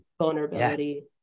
vulnerability